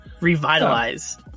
revitalize